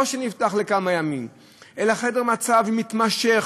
לא כזה שנפתח לכמה ימים אלא חדר מצב מתמשך,